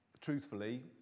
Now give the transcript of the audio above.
truthfully